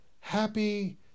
happy